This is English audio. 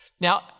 Now